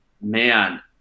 man